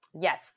Yes